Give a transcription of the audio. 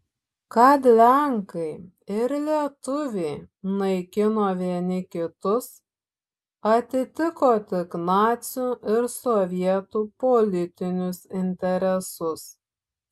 kad lenkai ir lietuviai naikino vieni kitus atitiko tik nacių ir sovietų politinius interesus